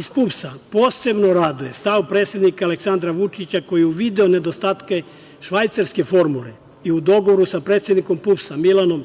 iz PUPS posebno raduje stav predsednika Aleksandra Vučića koji je uvideo nedostatke francuske formule i u dogovoru sa predsednikom PUPS, Milanom